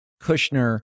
Kushner